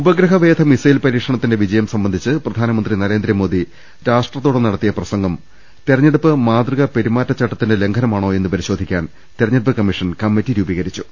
ഉപഗ്രഹവേധ missile പരീക്ഷണത്തിന്റെ വിജയംസംബന്ധിച്ച് പ്രധാനമന്ത്രി നരേന്ദ്രമോദി രാഷ്ട്രത്തോട് നടത്തിയ പ്രസംഗം തിരഞ്ഞെ ടുപ്പ് മാതൃകാ പെരുമാറ്റച്ചട്ടത്തിന്റെ ലംഘനമാണോയെന്ന് പരിശോധി ക്കാൻ തിരഞ്ഞെടുപ്പ് കമ്മിഷൻ കമ്മിറ്റി രൂപീകരിച്ചു